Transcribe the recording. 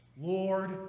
Lord